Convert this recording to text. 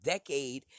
decade